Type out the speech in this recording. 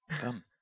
Done